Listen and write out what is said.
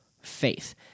faith